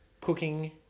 Cooking